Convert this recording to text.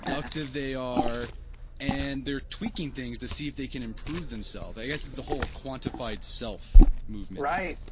productive they are and their tweaking things to see if they can improve themselves. i guess it's the whole quantified self movement right.